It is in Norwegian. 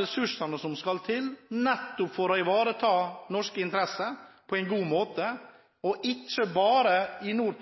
ressursene som skal til, nettopp for å ivareta norske interesser på en god måte – og ikke bare i nord.